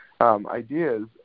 ideas